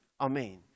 Amen